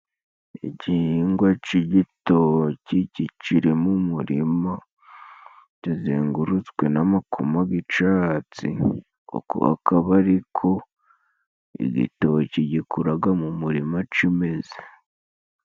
Igihingwa c'igitoki kiciri mu murima kizengurutswe n'amakoma y' icatsi, uku akaba ari ko igitoki gikuraga mu murima cimeze.